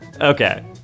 Okay